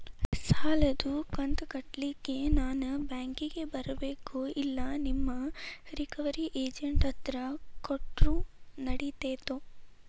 ಸಾಲದು ಕಂತ ಕಟ್ಟಲಿಕ್ಕೆ ನಾನ ಬ್ಯಾಂಕಿಗೆ ಬರಬೇಕೋ, ಇಲ್ಲ ನಿಮ್ಮ ರಿಕವರಿ ಏಜೆಂಟ್ ಹತ್ತಿರ ಕೊಟ್ಟರು ನಡಿತೆತೋ?